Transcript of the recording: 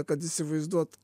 kad įsivaizduot